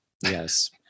Yes